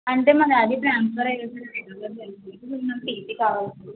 అంటే మా daddy transfer అయ్యారు సార్ హైదరాబాద్ వెళుతున్నాము సో నాకు టీసి కావాలి సార్